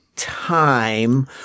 time